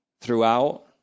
throughout